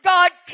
God